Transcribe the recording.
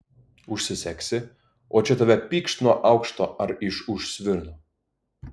užsisegsi o čia tave pykšt nuo aukšto ar iš už svirno